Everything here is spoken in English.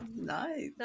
nice